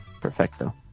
Perfecto